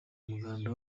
umuganda